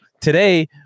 today